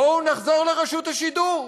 בואו נחזור לרשות השידור.